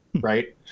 Right